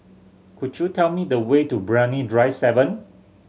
could you tell me the way to Brani Drive Seven